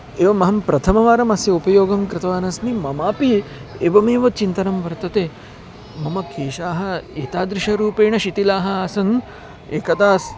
एवम् अहं प्रथमवारमस्य उपयोगं कृतवानस्मि ममापि एवमेव चिन्तनं वर्तते मम केशाः एतादृशरूपेण शिथिलाः आसन् एकदा